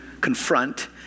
confront